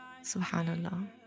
Subhanallah